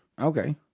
Okay